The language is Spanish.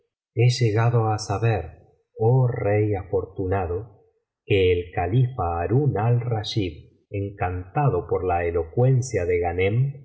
he llegado á saber oh rey afortunado que el califa harún al rachid encantado por la elocuencia de ghanem le